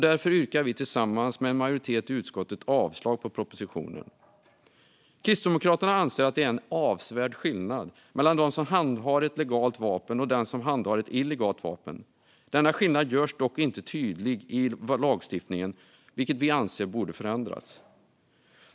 Därför yrkar jag tillsammans med en majoritet i utskottet avslag på propositionen. Kristdemokraterna anser att det är en avsevärd skillnad mellan den som handhar ett legalt vapen och den som handhar ett illegalt vapen. Denna skillnad görs dock inte tydlig i lagstiftningen, vilket vi anser borde förändras.